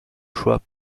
choix